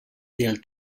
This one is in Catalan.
del